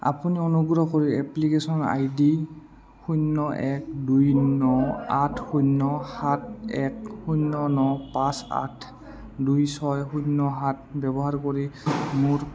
আপুনি অনুগ্ৰহ কৰি এপ্লিকেশ্যন আই ডি শূন্য এক দুই ন আঠ শূন্য সাত এক শূন্য ন পাঁচ আঠ দুই ছয় শূন্য সাত ব্যৱহাৰ কৰি মোৰ